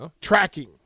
tracking